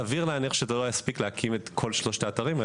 סביר להניח שזה לא יספיק להקים את כל שלושת האתרים,